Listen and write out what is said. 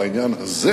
בעניין הזה,